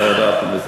לא ידעתי מזה.